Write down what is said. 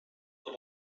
the